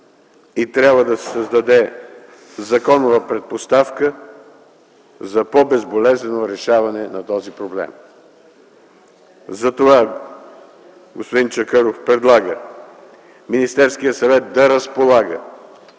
и трябва да се създаде законова предпоставка за по-безболезнено решаване на този проблем. Затова господин Чакъров предлага Министерският съвет да разполага